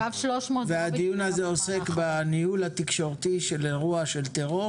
קו 300 --- והדיון הזה עוסק בניהול התקשורתי של אירוע טרור.